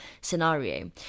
scenario